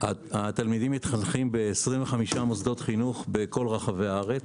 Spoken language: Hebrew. התלמידים מתחנכים ב-25 מוסדות חינוך בכל רחבי הארץ.